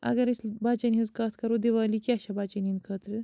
اگر أسۍ بَچیٚن ہنٛز کَتھ کَرو دیٖوالی کیٛاہ چھِ بَچیٚن ہنٛدۍ خٲطرٕ